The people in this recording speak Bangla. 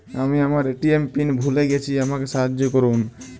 আমি আমার এ.টি.এম পিন ভুলে গেছি আমাকে সাহায্য করুন